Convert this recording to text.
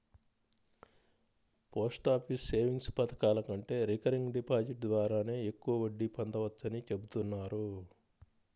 post office savings పథకాల కంటే recurring deposit ద్వారానే ఎక్కువ వడ్డీ పొందవచ్చని చెబుతున్నారు